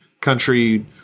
country